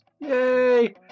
Yay